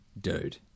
Dude